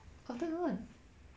cotton on